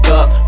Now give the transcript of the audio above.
up